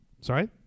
Sorry